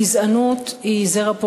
גזענות היא זרע פורענות,